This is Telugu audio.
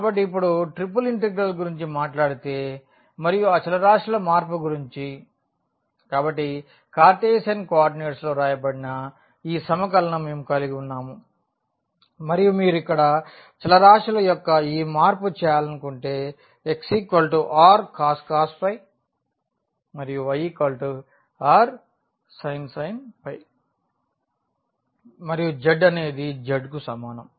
కాబట్టి ఇక్కడ ఇప్పుడు ట్రిపుల్ ఇంటిగ్రల్ గురించి మాట్లాడితే మరియు ఆ చలరాశుల మార్పు గురించి కాబట్టి కార్టెసియన్ కోఆర్డినేట్స్లో వ్రాయబడిన ఈ సమకలనం మేము కలిగి ఉన్నాము మరియు మీరు ఇక్కడ చలరాశుల యొక్క ఈ మార్పు చేయాలనుకుంటే x rcos మరియు y r మరియు z అనేది z కు సమానం